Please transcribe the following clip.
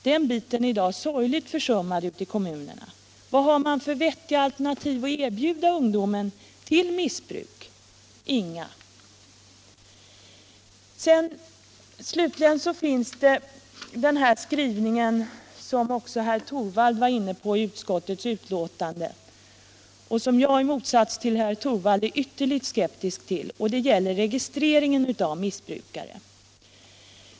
Den biten är i dag sorgligt försummad ute i kommunerna. Vad har man att erbjuda ungdomarna för vettiga alternativ till missbruk? Inga! Slutligen finns det ytterligare en skrivning i utskottets betänkande, som också herr Torwald var inne på och som jag i motsats till herr Torwald är ytterligt skeptisk till — det gäller registreringen av missbrukare.